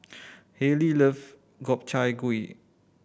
Haylie love Gobchang Gui